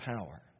power